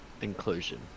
inclusion